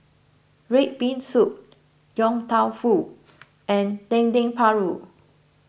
Red Bean Soup Yong Tau Foo and Dendeng Paru